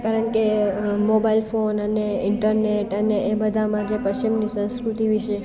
કારણ કે mobile phone અને ઈન્ટરનેટ અને એ બધામાં જે પશ્ચિમની સંસ્કૃતિ વિશે